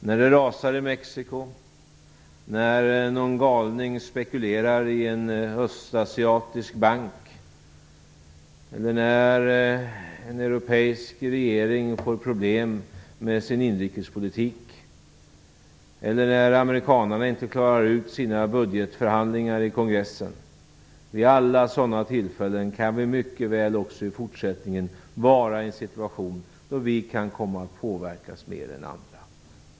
När det rasar i Mexico, när någon galning spekulerar i en östasiatisk bank, när en europeisk regering får problem med sin inrikespolitik eller när amerikanarna inte klarar ut sina budgetförhandlingar i kongressen kan vi mycket väl också i fortsättningen vara i en situation då vi kan komma att påverkas mer än andra.